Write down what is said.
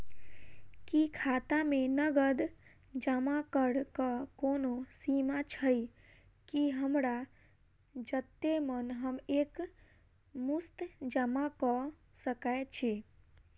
की खाता मे नगद जमा करऽ कऽ कोनो सीमा छई, की हमरा जत्ते मन हम एक मुस्त जमा कऽ सकय छी?